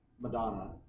Madonna